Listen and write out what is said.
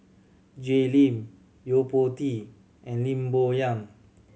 Jay Lim Yo Po Tee and Lim Bo Yam